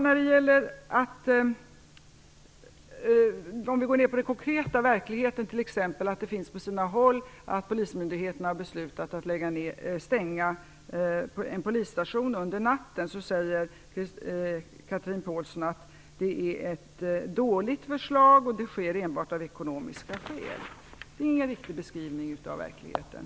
För att gå ned till den konkreta verkligheten har polismyndigheten på sina håll beslutat att stänga polisstationer nattetid. Då säger Chatrine Pålsson att det är ett dåligt förslag som bara skall genomföras av ekonomiska skäl. Det är en riktig beskrivning av verkligheten.